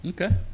Okay